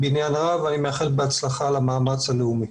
בהצלחה למאמץ הלאומי.